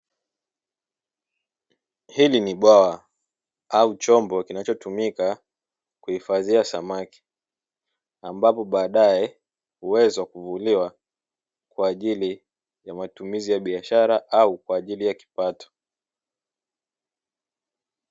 Hili ni bwawa au chombo kinachotumika kuhifadhia samaki, ambapo badae huwezwa kuvuliwa kwa ajili ya matumizi ya biashara au kwa ajili ya kipato.